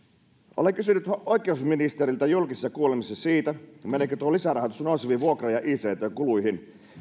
olen kysynyt oikeusministeriltä julkisessa kuulemisessa siitä meneekö tuo lisärahoitus nouseviin vuokra ja ict kuluihin